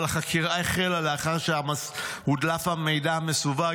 אבל החקירה החלה לאחר שהודלף המידע המסווג